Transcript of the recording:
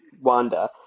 Wanda